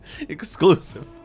Exclusive